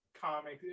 comics